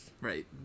Right